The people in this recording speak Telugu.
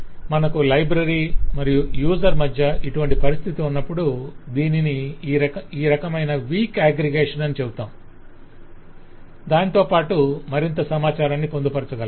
మనకు లైబ్రరీ మరియు యూజర్ మధ్య ఇటువంటి పరిస్థితి ఉన్నప్పుడు దీనిని ఈ రకమైన వీక్ అగ్రిగేషన్ అని చెబుతాం దానితో పాటు మరింత సమాచారాన్ని పొందుపరచగలం